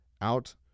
out